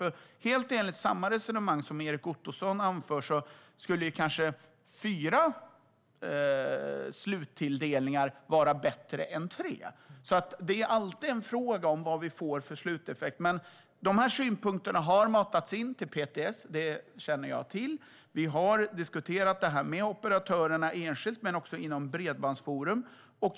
För helt enligt samma resonemang som Erik Ottoson anför skulle kanske fyra sluttilldelningar vara bättre än tre. Det är alltid en fråga om vad vi får för sluteffekt. Men de här synpunkterna har matats in till PTS - det känner jag till. Vi har diskuterat det här med operatörerna enskilt men också inom Bredbandsforum.